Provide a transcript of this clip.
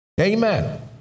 Amen